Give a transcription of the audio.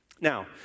Now